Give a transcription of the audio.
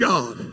God